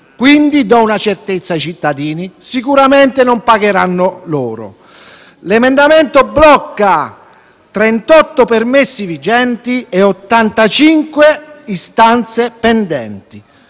quindi una certezza ai cittadini: sicuramente non pagheranno loro. L'emendamento blocca 38 permessi vigenti e 85 istanze pendenti.